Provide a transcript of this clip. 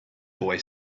boy